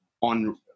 on